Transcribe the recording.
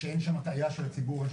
קרי